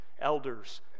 elders